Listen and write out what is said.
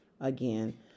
again